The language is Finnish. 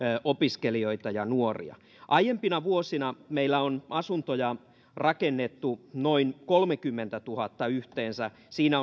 opiskelijoita ja nuoria aiempina vuosina meillä on rakennettu asuntoja noin kolmekymmentätuhatta yhteensä siinä